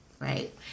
right